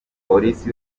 polisi